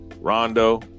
Rondo